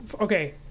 okay